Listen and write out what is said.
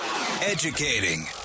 Educating